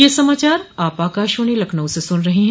ब्रे क यह समाचार आप आकाशवाणी लखनऊ से सुन रहे हैं